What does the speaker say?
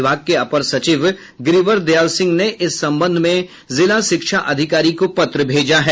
विभाग के अपर सचिव गिरिवर दयाल सिंह ने इस संबंध में जिला शिक्षा अधिकारी को पत्र भेजा है